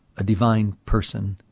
a divine person.